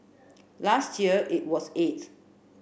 last year it was eighth